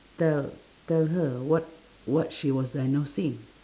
tell tell her what what she was diagnosing